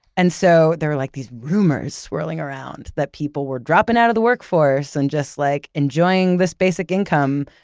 and so, there were like these rumors swirling around that people were dropping out of the workforce and just like enjoying this basic income.